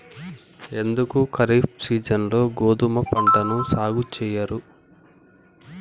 ఎందుకు ఖరీఫ్ సీజన్లో గోధుమ పంటను సాగు చెయ్యరు?